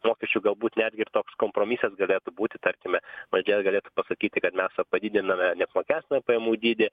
mokesčių galbūt netgi ir toks kompromisas galėtų būti tarkime valdžia galėtų pasakyti kad mes va padidiname nepakestinamą pajamų dydį